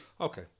Okay